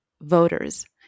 voters